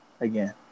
again